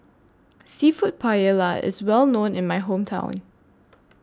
Seafood Paella IS Well known in My Hometown